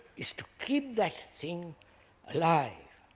is to keep that thing alive,